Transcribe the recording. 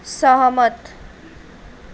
सहमत